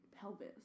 pelvis